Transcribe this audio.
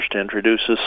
introduces